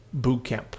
Bootcamp